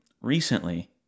recently